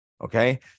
okay